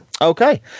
okay